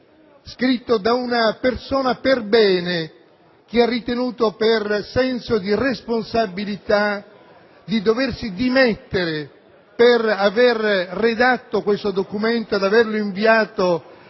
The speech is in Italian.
scritto da una persona perbene che ha ritenuto - per senso di responsabilità - di doversi dimettere per averlo redatto e averlo inviato